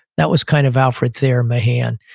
that was kind of alfred thayer mahan.